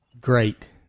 Great